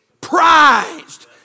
Prized